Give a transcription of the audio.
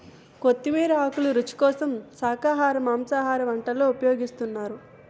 కొత్తిమీర ఆకులు రుచి కోసం శాఖాహార మాంసాహార వంటల్లో ఉపయోగిస్తున్నారు